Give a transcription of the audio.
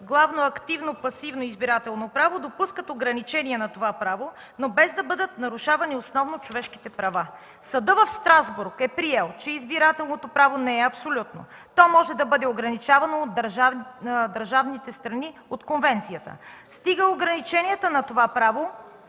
главно активно, пасивно избирателно право допускат ограничения на това право, но без да бъдат нарушавани основно човешките права.” Съдът в Страсбург е приел, че „избирателното право не е абсолютно. То може да бъде ограничавано от държавите, страни от Конвенцията, стига ограниченията на това право